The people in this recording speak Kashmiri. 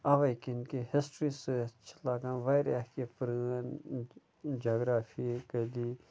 اَوَے کِنۍ کہِ ہِسٹِرٛی سۭتۍ چھِ لَگان واریاہ کیٚنٛہہ پرٛٲنۍ جَگرافی کٔلی